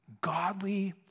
godly